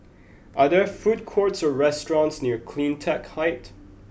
are there food courts or restaurants near Cleantech Height